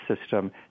system